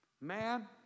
man